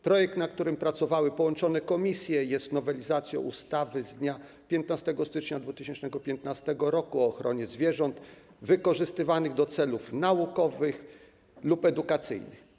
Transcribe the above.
Projekt, nad którym pracowały połączone komisje, jest nowelizacją ustawy z dnia 15 stycznia 2015 r. o ochronie zwierząt wykorzystywanych do celów naukowych lub edukacyjnych.